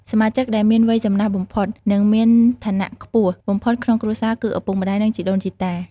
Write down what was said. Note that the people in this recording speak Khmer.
សមាជិកដែលមានវ័យចំណាស់បំផុត និងមានឋានៈខ្ពស់បំផុតក្នុងគ្រួសារ គឺ ឪពុកម្ដាយ និងជីដូនជីតា។